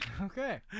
Okay